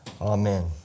Amen